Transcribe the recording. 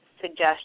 suggestion